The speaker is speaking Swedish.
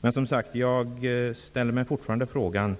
Men jag ställer mig som sagt fortfarande frågan